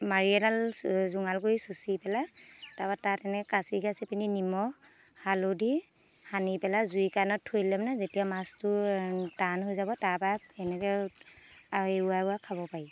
মাৰি এডাল জোঙাল কৰি চুচি পেলাই তাৰ পৰা তাত এনেকৈ কাচি কাচি পিনি নিমখ হালধি সানি পেলাই জুইৰ কাণত থৈ দিলে মানে যেতিয়া মাছটো টান হৈ যাব তাৰ পৰা এনেকৈ এৰুৱাই এৰুৱাই খাব পাৰি